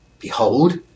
behold